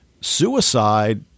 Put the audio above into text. suicide